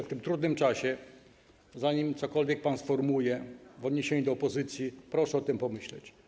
W tym trudnym czasie zanim cokolwiek pan sformułuje w odniesieniu do opozycji, proszę o tym pomyśleć.